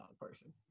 person